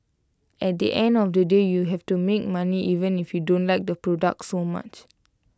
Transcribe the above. at the end of the day you have to make money even if you don't like the product so much